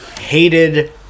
hated